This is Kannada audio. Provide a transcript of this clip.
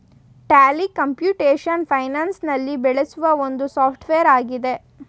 ಟ್ಯಾಲಿ ಕಂಪ್ಯೂಟೇಶನ್ ಫೈನಾನ್ಸ್ ನಲ್ಲಿ ಬೆಳೆಸುವ ಒಂದು ಸಾಫ್ಟ್ವೇರ್ ಆಗಿದೆ